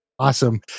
Awesome